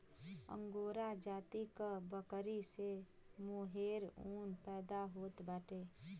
angora जाति क बकरी से मोहेर ऊन पैदा होत बाटे